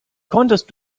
konntest